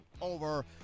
over